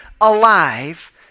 alive